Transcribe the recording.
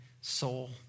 soul